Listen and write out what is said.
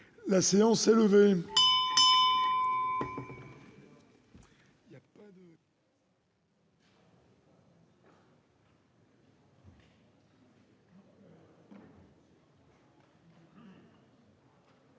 La séance est levée.